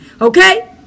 Okay